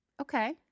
Okay